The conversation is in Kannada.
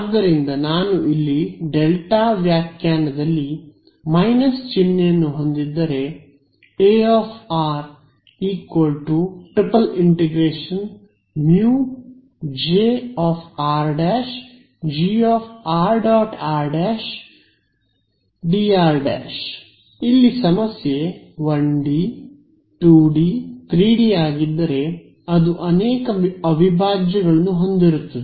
ಆದ್ದರಿಂದ ನಾನು ಇಲ್ಲಿ ಡೆಲ್ಟಾ ವ್ಯಾಖ್ಯಾನದಲ್ಲಿ ಮೈನಸ್ ಚಿಹ್ನೆಯನ್ನು ಹೊಂದಿದ್ದರೆ A ∫∫∫μ Jr'Grr' dr' ಇಲ್ಲಿ ಸಮಸ್ಯೆ 1 ಡಿ 2 ಡಿ 3 ಡಿ ಆಗಿದ್ದರೆ ಅದು ಅನೇಕ ಅವಿಭಾಜ್ಯಗಳನ್ನು ಹೊಂದಿರುತ್ತದೆ